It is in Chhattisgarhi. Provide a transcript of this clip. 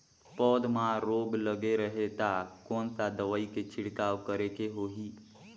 पौध मां रोग लगे रही ता कोन सा दवाई के छिड़काव करेके होही?